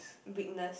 witness